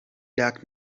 dark